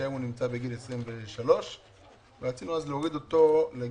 שהיום הוא נמצא בגיל 23. רצינו אז להוריד אותו לגיל